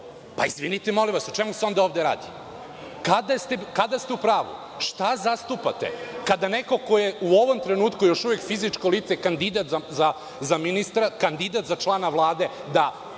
izvinite molim vas, o čemu se onda ovde radi? Kada ste u pravu? Šta zastupate? Kada neko ko je u ovom trenutku još uvek fizičko lice kandidat za ministra,